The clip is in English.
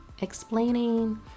explaining